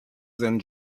than